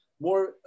more